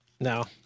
no